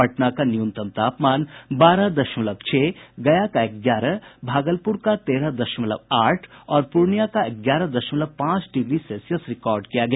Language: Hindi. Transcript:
पटना का न्यूनतम तापमान बारह दशमलव छह गया का ग्यारह भागलपुर का तेरह दशमलव आठ और पूर्णिया का ग्यारह दशमलव पांच डिग्री सेल्सियस रिकॉर्ड किया गया